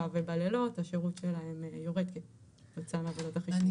ובלילות השירות שלהן יורד כתוצאה מעבודות החשמול.